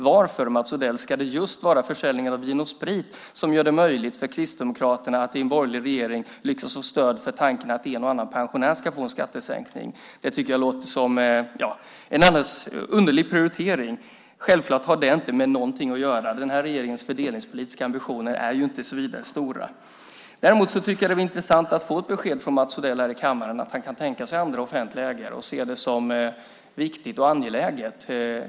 Varför, Mats Odell, ska det vara just försäljningen av Vin & Sprit som gör det möjligt för Kristdemokraterna att i en borgerlig regering lyckas få stöd för tanken att en och annan pensionär ska få en skattesänkning? Jag tycker att det låter som en underlig prioritering. Det har självklart inte med någonting att göra. Den här regeringens fördelningspolitiska ambitioner är inte så vidare stora. Däremot tycker jag att det var intressant att få beskedet från Mats Odell här i kammaren att han kan tänka sig andra offentliga ägare och ser det som viktigt och angeläget.